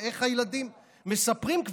הילדים כבר מספרים,